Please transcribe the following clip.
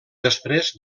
després